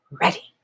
ready